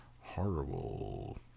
horrible